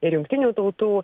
ir jungtinių tautų